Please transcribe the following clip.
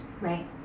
right